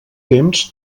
temps